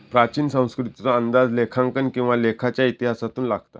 प्राचीन संस्कृतीचो अंदाज लेखांकन किंवा लेखाच्या इतिहासातून लागता